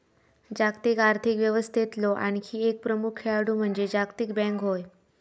जागतिक आर्थिक व्यवस्थेतलो आणखी एक प्रमुख खेळाडू म्हणजे जागतिक बँक होय